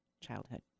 childhood